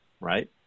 right